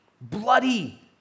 bloody